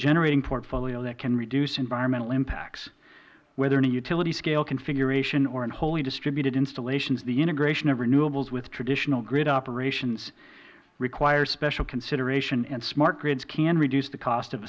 generating portfolio that can reduce environmental impacts whether in a utility scale configuration or in wholly distributed installations the integration of renewables with traditional grid operations requires special consideration and smart grids can reduce this cost of